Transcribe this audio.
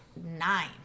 nine